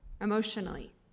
emotionally